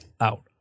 out